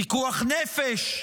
פיקוח נפש,